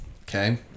Okay